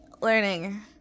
learning